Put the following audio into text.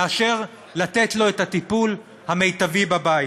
מאשר לתת לו את הטיפול המיטבי בבית,